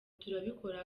turabikora